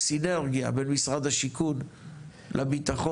סינרגיה בין משרד השיכון לביטחון,